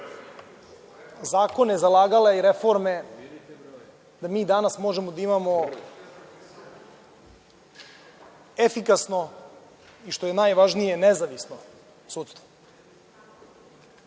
zakone zalagala i reforme da mi danas možemo da imamo efikasno i što je najvažnije nezavisno